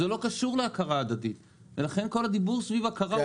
זה לא קשור להכרה הדדית ולכן כל הדיבור סביב הכרה,